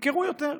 ימכרו יותר.